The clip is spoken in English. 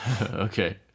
Okay